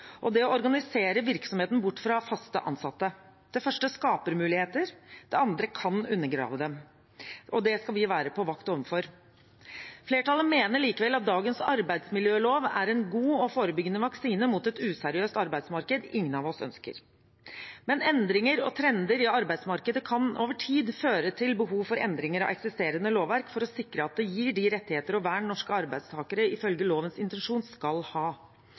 og det å organisere virksomheten bort fra fast ansatte. Det første skaper muligheter, det andre kan undergrave dem. Det skal vi være på vakt overfor. Flertallet mener likevel at dagens arbeidsmiljølov er en god og forebyggende vaksine mot et useriøst arbeidsmarked ingen av oss ønsker. Men endringer og trender i arbeidsmarkedet kan over tid føre til behov for endringer av eksisterende lovverk for å sikre at det gir de rettigheter og vern norske arbeidstakere ifølge lovens intensjon skal ha.